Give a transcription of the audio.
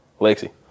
Lexi